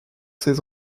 ses